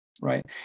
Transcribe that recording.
right